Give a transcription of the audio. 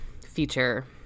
feature